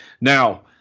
Now